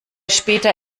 später